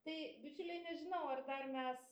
tai bičiuliai nežinau ar dar mes